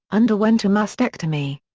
underwent a mastectomy.